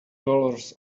dollars